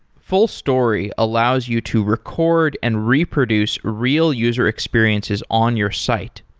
fullstory allows you to record and reproduce real user experiences on your site.